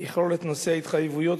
יכלול את נושא ההתחייבויות,